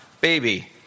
Baby